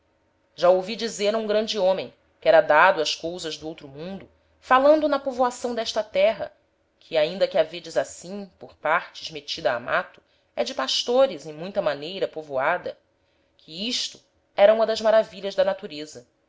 já ouvi dizer a um grande homem que era dado ás cousas do outro mundo falando na povoação d'esta terra que ainda que a vêdes assim por partes metida a mato é de pastores em muita maneira povoada que isto era uma das maravilhas da natureza